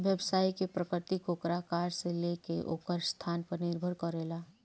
व्यवसाय के प्रकृति ओकरा आकार से लेके ओकर स्थान पर निर्भर करेला